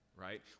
right